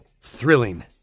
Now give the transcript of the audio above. thrilling